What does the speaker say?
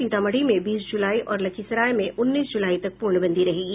सीतामढ़ी में बीस जुलाई और लखीसराय में उन्नीस जुलाई तक पूर्णबंदी रहेगी